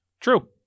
True